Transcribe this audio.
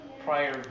Prior